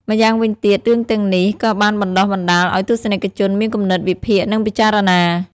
ម្យ៉ាងវិញទៀត រឿងទាំងនេះក៏បានបណ្តុះបណ្តាលឲ្យទស្សនិកជនមានគំនិតវិភាគនិងពិចារណា។